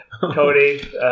Cody